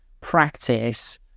practice